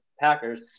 Packers